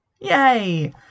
yay